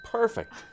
Perfect